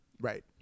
Right